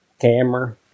camera